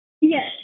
Yes